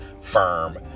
firm